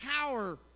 power